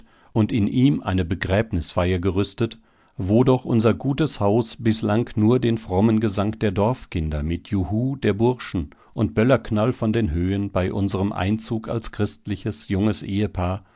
und in ihm eine begräbnisfeier gerüstet wo doch unser gutes haus bislang nur den frommen gesang der dorfkinder mit juhu der burschen und böllerknall von den höhen bei unserem einzug als christliches junges ehepaar